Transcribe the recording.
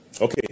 Okay